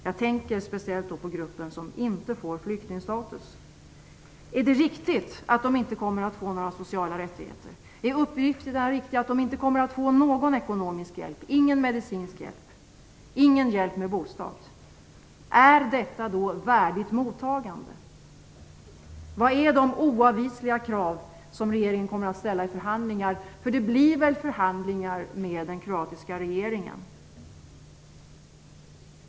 Jag tänker speciellt på gruppen som inte får flyktingstatus. Är det riktigt att de inte kommer att få några sociala rättigheter? Är uppgifterna om att de inte kommer att få någon ekonomisk eller medicinsk hjälp eller hjälp med bostad riktiga? Är detta värdigt mottagande? Vad är det för oavvisliga krav som regeringen kommer att ställa i förhandlingar? Det blir väl förhandlingar med den kroatiska regeringen?